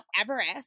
Everest